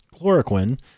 chloroquine